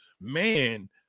man